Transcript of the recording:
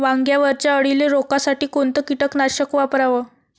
वांग्यावरच्या अळीले रोकासाठी कोनतं कीटकनाशक वापराव?